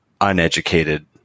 uneducated